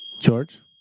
George